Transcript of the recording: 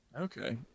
Okay